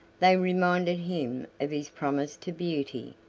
they reminded him of his promise to beauty,